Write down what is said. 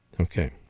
Okay